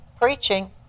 preaching